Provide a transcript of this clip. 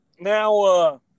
Now